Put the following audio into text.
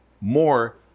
more